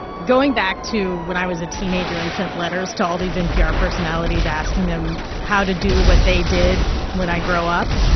going back to when i was a teenager and sent letters to all these npr personalities asking them how to do what they did when i grow up,